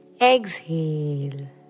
Exhale